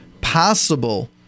possible